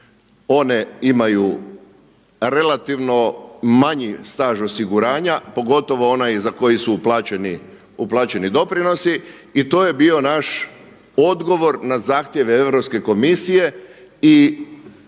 one imaju relativno manji staž osiguranja pogotovo onaj za koji su uplaćeni doprinosi, i to je bio naš odgovor na zahtjeve Europske komisije i